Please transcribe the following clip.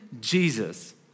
Jesus